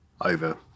over